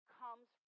comes